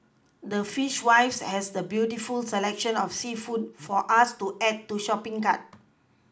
the Fishwives has the beautiful selection of seafood for us to add to shopPing cart